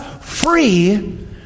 free